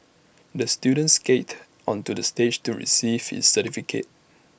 the student skated onto the stage to receive his certificate